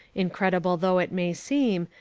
incredible though it may seem,